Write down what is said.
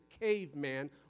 caveman